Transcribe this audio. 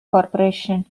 corporation